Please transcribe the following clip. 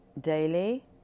daily